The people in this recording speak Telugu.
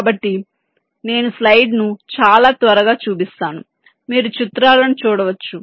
కాబట్టి నేను స్లైడ్ను చాలా త్వరగా చూపిస్తాను మీరు చిత్రాలను చూడవచ్చు